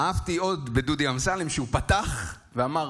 אהבתי עוד בדודי אמסלם שהוא פתח ואמר: